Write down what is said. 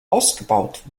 ausgebaut